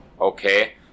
Okay